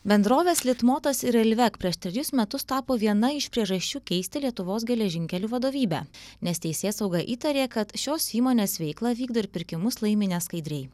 bendrovės litmotas ir railvec prieš trejus metus tapo viena iš priežasčių keisti lietuvos geležinkelių vadovybę nes teisėsauga įtarė kad šios įmonės veiklą vykdo ir pirkimus laimi neskaidriai